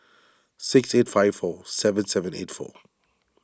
six eight five four seven seven eight four